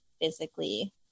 physically